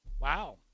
Wow